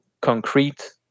concrete